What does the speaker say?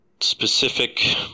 specific